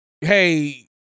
Hey